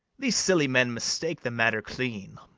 these silly men mistake the matter clean.